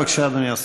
בבקשה, אדוני השר.